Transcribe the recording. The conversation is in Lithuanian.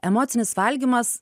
emocinis valgymas